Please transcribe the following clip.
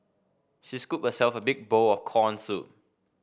she scooped herself a big bowl of corn soup